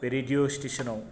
radio स्टेसनाव